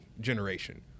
generation